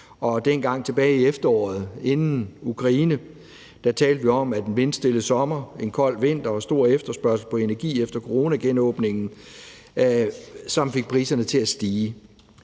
steg, og tilbage i efteråret, inden krigen i Ukraine, talte vi om, at en vindstille sommer, en kold vinter og en stor efterspørgsel på energi efter coronagenåbningen fik priserne til at stige.